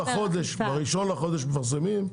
ב-1 בחודש מפרסמים,